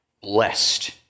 Blessed